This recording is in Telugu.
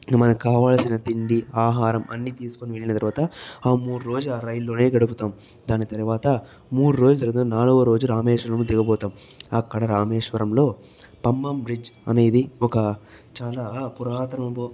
మనకు కావలసిన తిండి ఆహారం అన్ని తీసుకొని వెళ్ళిన తర్వాత ఆ మూడు రోజులు ఆ రైల్లోనే గడుపుతాం దాని తర్వాత మూడు రోజులు లేదా నాలుగో రోజు రామేశ్వరంలో దిగబోతాం అక్కడ రామేశ్వరంలో పంబం బ్రిడ్జ్ అనేది ఒక చాలా పురాతనం